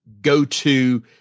go-to